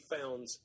found